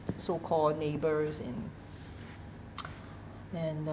so called neighbours and and uh